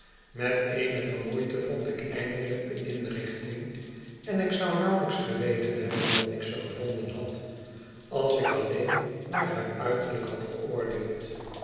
met eenige moeite vond ik eindelijk de inrichting en ik zou nauwelyks geweten hebben dat ik ze gevonden had als ik alleen naar haar uiterlijk had